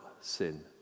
sin